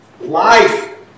life